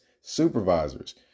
supervisors